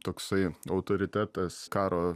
toksai autoritetas karo